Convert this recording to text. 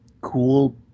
cool